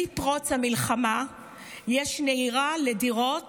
מפרוץ המלחמה יש נהירה לדירות